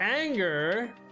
Anger